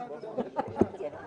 מצב לינארי יותר של מחשבה.